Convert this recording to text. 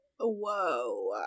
Whoa